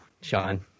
Sean